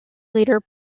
leader